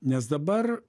nes dabar